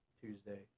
Tuesday